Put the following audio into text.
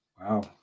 Wow